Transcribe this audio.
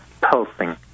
pulsing